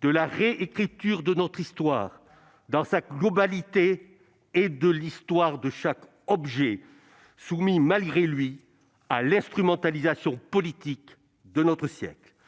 de la réécriture de notre histoire dans sa globalité, ... Ah !... ainsi que de l'histoire de chaque objet, soumis, malgré lui, à l'instrumentalisation politique de notre siècle.